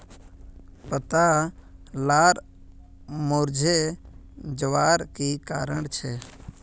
पत्ता लार मुरझे जवार की कारण छे?